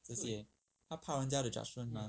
这些他怕人家的 judgement mah